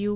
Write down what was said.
you